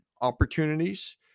opportunities